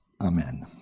Amen